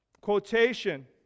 quotation